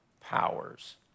powers